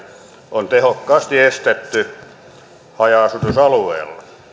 on tehokkaasti estetty haja asutusalueilla tällä maankäyttö ja rakennuslain